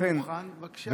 אם הוא מוכן, בבקשה.